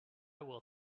will